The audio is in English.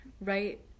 right